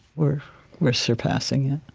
we're we're surpassing it.